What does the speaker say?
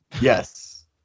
Yes